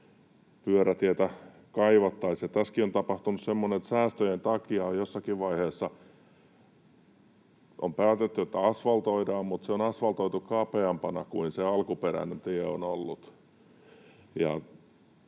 pyörätietä kaivattaisiin. Tässäkin on tapahtunut semmoinen, että säästöjen takia jossakin vaiheessa on päätetty, että asfaltoidaan, mutta se on asfaltoitu kapeampana kuin se alkuperäinen tie on ollut.